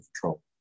control